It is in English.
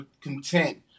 content